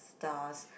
stars